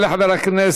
יעלה חבר הכנסת